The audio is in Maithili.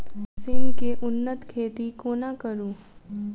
सिम केँ उन्नत खेती कोना करू?